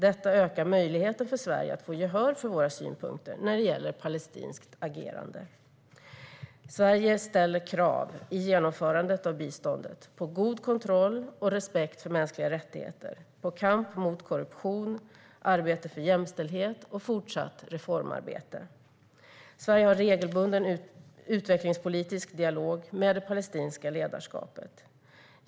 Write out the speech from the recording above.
Detta ökar möjligheten för Sverige att få gehör för våra synpunkter när det gäller palestinskt agerande. Sverige ställer i genomförandet av biståndet krav på god kontroll och respekt för mänskliga rättigheter, på kamp mot korruption, på arbete för jämställdhet och på fortsatt reformarbete. Sverige har regelbunden utvecklingspolitisk dialog med det palestinska ledarskapet.